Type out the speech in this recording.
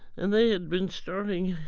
and they had been starting